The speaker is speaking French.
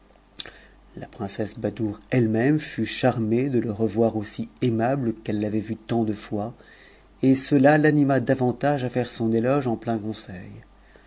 la princesse badoure e e mème fut charmée de le revoir aussi aimnhtc qu'elle t'avait vu tant de fois et cela l'anima davantage à taire son otoec en plein conseil